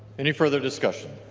any further discussion?